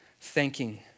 thanking